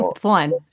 One